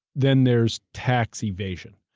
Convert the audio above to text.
then there's tax evasion,